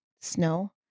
snow